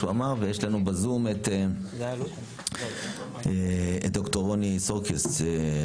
לנו בזום את ד"ר רוני סורקיס,